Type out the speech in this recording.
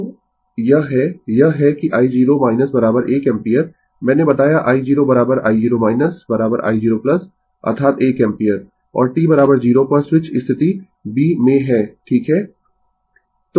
तो यह है यह है कि i0 1 एम्पीयर मैंने बताया i0 i0 i0 अर्थात 1 एम्पीयर और t 0 पर स्विच स्थिति b में है ठीक है